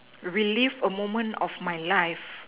relive a moment of my life